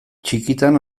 txikitan